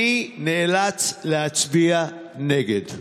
אני נאלץ להצביע נגד.